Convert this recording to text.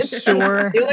Sure